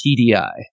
TDI